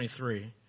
23